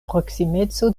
proksimeco